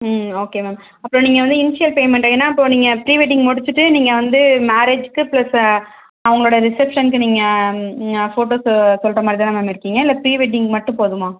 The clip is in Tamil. ஓகே மேம் அப்புறம் நீங்கள் வந்து இனிஷியல் பேமெண்ட் ஏன்னால் இப்போது நீங்கள் ப்ரீவெட்டிங் முடிச்சுட்டு நீங்கள் வந்து மேரேஜுக்கு பிளஸ் அவர்களோட ரிசப்ஷனுக்கு நீங்கள் ஃபோட்டோஸ் சொல்கிற மாதிரி தானே மேம் இருக்கீங்க இல்லை ப்ரீவெட்டிங் மட்டும் போதுமா